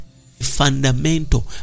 Fundamental